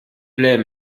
plaît